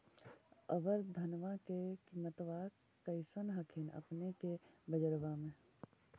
अबर धानमा के किमत्बा कैसन हखिन अपने के बजरबा में?